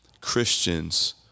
Christians